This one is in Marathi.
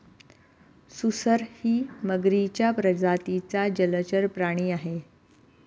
सुसरही मगरीच्या प्रजातीचा जलचर प्राणी आहे